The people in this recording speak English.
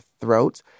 throat